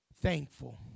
thankful